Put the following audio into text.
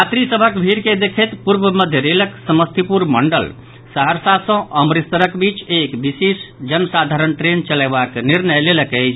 यात्री सभक भीड़ के देखैत पूर्व मध्य रेलक समस्तीपुर मंडल सहरसा सॅ अमृतसरक बीच एक विशेष जन साधारण ट्रेन चलयबाक निर्णय लेलक अछि